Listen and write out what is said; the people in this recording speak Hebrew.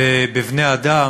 בבני-אדם,